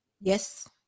Yes